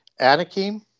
Anakim